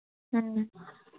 ꯎꯝ